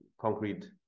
concrete